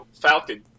falcon